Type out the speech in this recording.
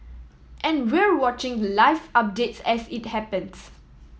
and we're watching the live updates as it happens